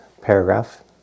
paragraph